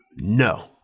no